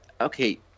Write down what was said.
Okay